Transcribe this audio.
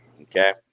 Okay